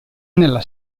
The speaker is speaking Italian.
nella